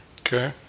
Okay